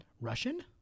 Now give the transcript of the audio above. Russian